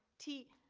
t.